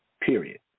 period